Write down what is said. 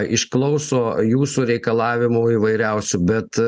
išklauso jūsų reikalavimų įvairiausių bet